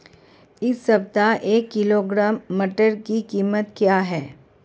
इस सप्ताह एक किलोग्राम मटर की कीमत क्या है?